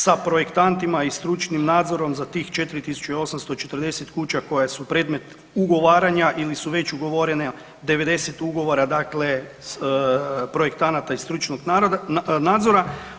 Sa projektantima i stručnim nadzorom za tih 4840 kuća koje su predmet ugovaranja ili su već ugovorene 90 ugovora dakle projektanata i stručnog nadzora.